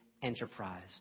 Enterprise